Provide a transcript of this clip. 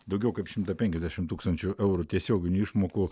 daugiau kaip šimtą penkiasdešim tūkstančių eurų tiesioginių išmokų